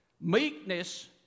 Meekness